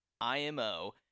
IMO